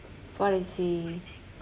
policy